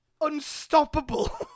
unstoppable